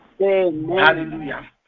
Hallelujah